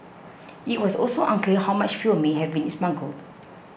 it was also unclear how much fuel may have been smuggled